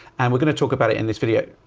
and we're going to talk about it in this video.